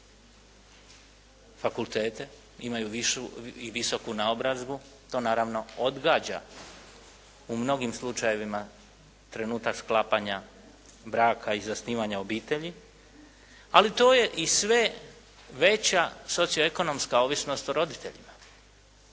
fakultete, imaju višu i visoku naobrazbu. To naravno odgađa u mnogim slučajevima trenutak sklapanja braka i zasnivanje obitelji, ali to je i sve veća socioekonomska ovisnost o roditeljima.